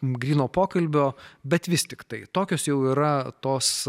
gryno pokalbio bet vis tiktai tokios jau yra tos